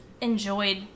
enjoyed